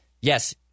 yes